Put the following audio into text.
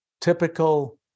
typical